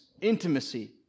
intimacy